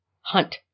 Hunt